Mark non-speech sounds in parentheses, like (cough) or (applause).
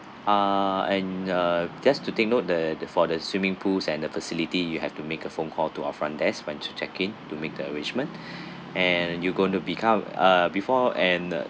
uh and uh just to take note the the for the swimming pools and the facility you have to make a phone call to our front desk once you check in to make arrangement (breath) and you going to become uh before and